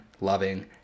loving